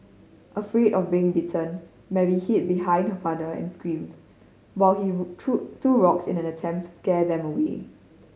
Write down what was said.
afraid of being bitten Mary hid behind her father and screamed while he threw rocks in an attempt to scare them away